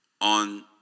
on